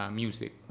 music